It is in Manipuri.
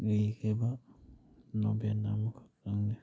ꯏꯒꯤꯕ ꯅꯣꯕꯦꯜ ꯑꯃꯈꯛꯇꯪꯅꯤ